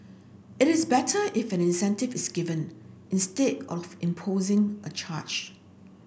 it is better if an incentive is given instead of imposing a charge